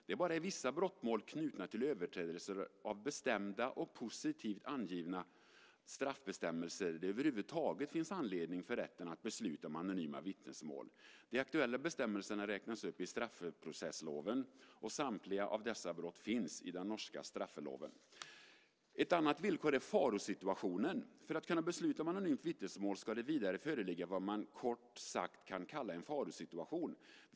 Det är bara i vissa brottmål knutna till överträdelser av bestämda och positivt angivna straffbestämmelser som det över huvud taget finns anledning för rätten att besluta om anonyma vittnesmål. De aktuella bestämmelserna räknas upp i straffeprosessloven . Samtliga av dessa brott finns i den norska straffeloven . Ett annat villkor är farosituationen. För att kunna besluta om anonymt vittnesmål ska vad man kort sagt kan kalla för en farosituation föreligga.